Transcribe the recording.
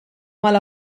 mal